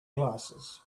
glasses